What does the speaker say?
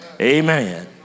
Amen